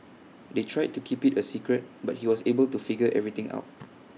they tried to keep IT A secret but he was able to figure everything out